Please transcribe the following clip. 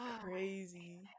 crazy